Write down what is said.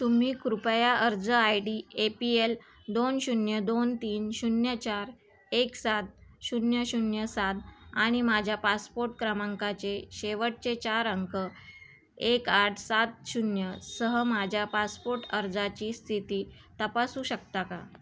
तुम्ही कृपया अर्ज I D A P L दोन शून्य दोन तीन शून्य चार एक सात शून्य शून्य सात आणि माझ्या पासपोट क्रमांकाचे शेवटचे चार अंक एक आठ सात शून्य सह माझ्या पासपोट अर्जाची स्थिती तपासू शकता का